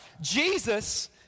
Jesus